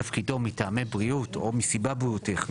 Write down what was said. תפקידו מטעמי בריאות או מסיבה בריאותית,